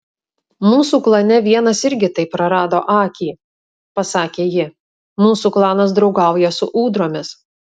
mūsų klane vienas irgi taip prarado akį pasakė ji mūsų klanas draugauja su ūdromis